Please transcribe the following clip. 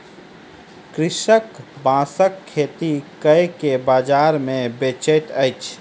कृषक बांसक खेती कय के बाजार मे बेचैत अछि